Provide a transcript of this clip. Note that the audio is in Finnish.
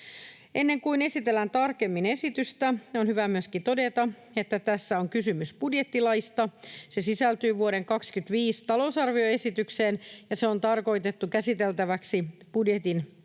Ennen kuin esitellään tarkemmin esitystä, on hyvä myöskin todeta, että tässä on kysymys budjettilaista. Se sisältyy vuoden 25 talousarvioesitykseen, ja se on tarkoitettu käsiteltäväksi budjetin käsittelyn